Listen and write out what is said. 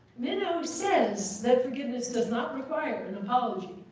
minow says that forgiveness does not require an apology,